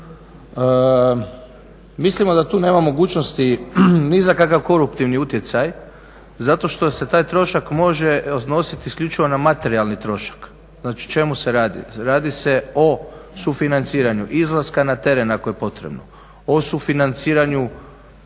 Mislimo da tu nema mogućnosti ni za kakav koruptivni utjecaj zato što se taj trošak može odnositi isključivo na materijalni trošak. Znači o čemu se radi, radi se o sufinanciranju izlaska na teren ako je potrebno, o sufinanciranju